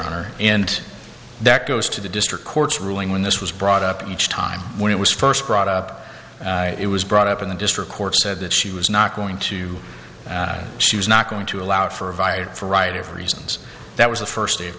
honor and that goes to the district court's ruling when this was brought up each time when it was first brought up it was brought up in the district court said that she was not going to she was not going to allow for a virus for a writer of reasons that was the first day of